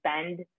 spend